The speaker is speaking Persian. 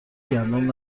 گندم